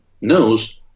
knows